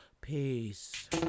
peace